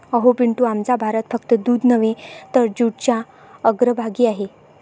अहो पिंटू, आमचा भारत फक्त दूध नव्हे तर जूटच्या अग्रभागी आहे